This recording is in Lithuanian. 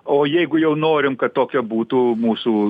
o jeigu jau norim kad tokia būtų mūsų